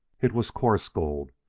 it was coarse gold,